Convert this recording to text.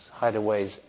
hideaways